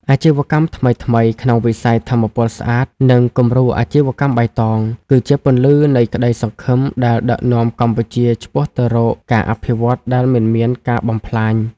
អាជីវកម្មថ្មីៗក្នុងវិស័យថាមពលស្អាត និងគំរូអាជីវកម្មបៃតង គឺជាពន្លឺនៃក្ដីសង្ឃឹមដែលដឹកនាំកម្ពុជាឆ្ពោះទៅរកការអភិវឌ្ឍដែលមិនមានការបំផ្លាញ។